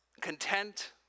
content